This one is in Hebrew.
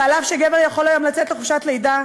שאף שגבר יכול היום לצאת לחופשת לידה,